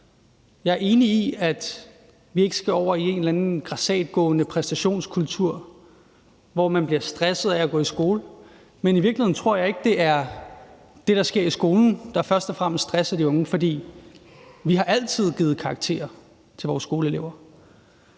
Jeg er enig i, at vi ikke skal over i en eller anden grassatgående præstationskultur, hvor man bliver stresset af at gå i skole. Men i virkeligheden tror jeg ikke, at det er det, der sker i skolen, som først og fremmest stresser de unge, for vi har altid givet karakterer til vores skoleelever.